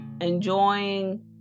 enjoying